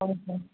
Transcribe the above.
ꯍꯣꯏ ꯍꯣꯏ ꯍꯣꯏ